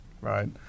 right